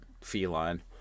feline